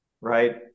right